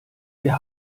wir